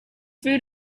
food